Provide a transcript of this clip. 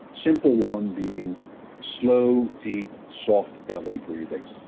simple one being slow deep soft belly breathing.